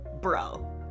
bro